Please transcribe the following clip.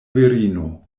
virino